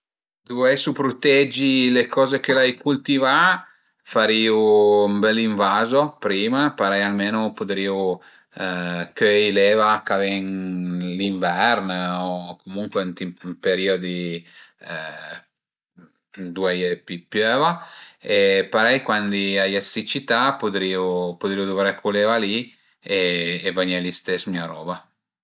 Duveisu prutegi le coze che l'ai cultivà farìu ün bel invazo prima parei almeno pudrìu cöi l'eva ch'a ven l'invern o comuncue ënt i periodi ëndua a ie pi d'piöva e parei cuandi a ie d'siccità pudrìu pudrìu duvré cul eva li e e bagné l'istes mia roba